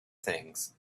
things